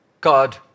God